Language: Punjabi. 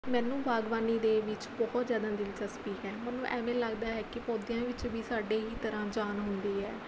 ਮੈਨੂੰ ਬਾਗਬਾਨੀ ਦੇ ਵਿੱਚ ਬਹੁਤ ਜ਼ਿਆਦਾ ਦਿਲਚਸਪੀ ਹੈ ਮੈਨੂੰ ਐਵੇਂ ਲੱਗਦਾ ਹੈ ਕਿ ਪੌਦਿਆਂ ਵਿੱਚ ਵੀ ਸਾਡੇ ਹੀ ਤਰ੍ਹਾਂ ਜਾਨ ਹੁੰਦੀ ਹੈ